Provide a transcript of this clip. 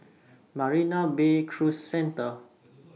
Marina Bay Cruise Centre